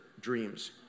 dreams